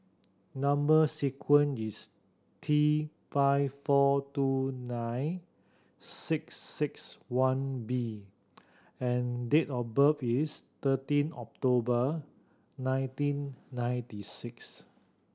number sequence is T five four two nine six six one B and date of birth is thirteen October nineteen ninety six